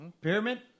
Pyramid